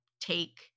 take